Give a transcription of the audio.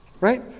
Right